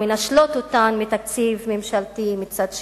ומנשלים אותן מתקציב ממשלתי מצד שני.